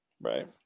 right